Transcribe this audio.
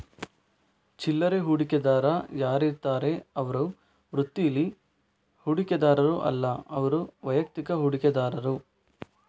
ಚಿಲ್ಲರೆ ಹೂಡಿಕೆದಾರ ಯಾರಿರ್ತಾರೆ ಅವ್ರು ವೃತ್ತೀಲಿ ಹೂಡಿಕೆದಾರರು ಅಲ್ಲ ಅವ್ರು ವೈಯಕ್ತಿಕ ಹೂಡಿಕೆದಾರರು